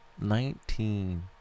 Nineteen